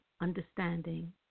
understanding